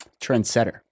trendsetter